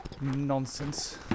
nonsense